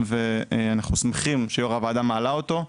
ואנחנו שמחים שיושבת ראש הוועדה מעלה אותו,